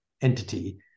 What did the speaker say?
entity